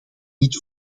niet